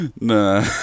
Nah